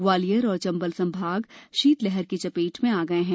ग्वालियर और चंबल संभाग शीतलहर की चपेट में आ गए हैं